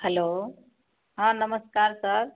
hello हाँ नमस्कार sir